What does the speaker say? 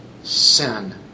sin